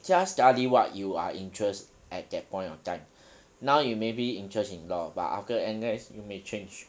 just study what you are interest at that point of time now you maybe interest in law but after N_S you may change